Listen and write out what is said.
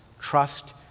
trust